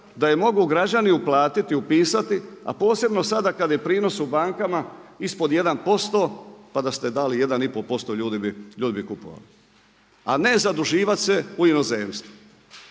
da je mogu građani uplatiti, upisati, a posebno sada kada je prinos u bankama ispod 1% pa da ste dali 1,5% ljudi bi kupovali, a ne zaduživati se u inozemstvu?